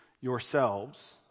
yourselves